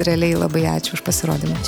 realiai labai ačiū už pasirodymą